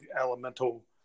elemental